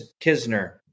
Kisner